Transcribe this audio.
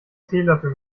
teelöffel